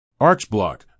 Archblock